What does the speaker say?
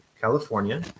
California